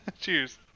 cheers